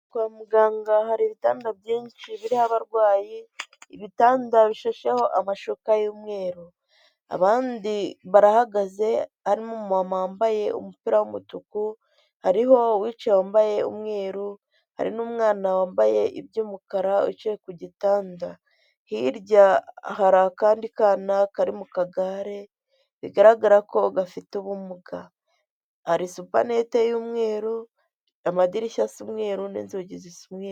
Kwa muganga hari ibitanda byinshi biriho abarwayi ibitanda bishesheho amashuka y'umweru. Abandi barahagaze harimo umumama wambaye umupira w'umutuku hariho uwicaye wambaye umweru hari n'umwana wambaye iby'umukara wicaye ku gitanda hirya hari akandi kana kari mu kagare bigaragara ko gafite ubumuga. Hari supanete y'umweru amadirishya asa umweru n'inzoge zisize.